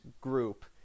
group